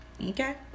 Okay